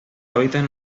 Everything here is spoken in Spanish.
hábitat